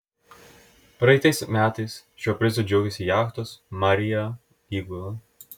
praeitais metais šiuo prizu džiaugėsi jachtos maria įgula